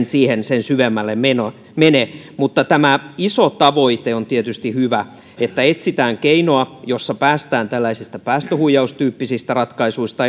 siihen sen syvemmälle mene mene tämä iso tavoite on tietysti hyvä etsitään keinoa jolla päästään tällaisista päästöhuijaustyyppisistä ratkaistuista